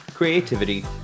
creativity